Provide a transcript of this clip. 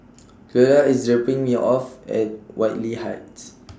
Cleola IS dropping Me off At Whitley Heights